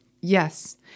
Yes